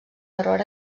error